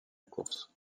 course